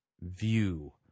view